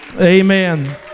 Amen